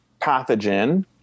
pathogen